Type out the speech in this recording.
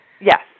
Yes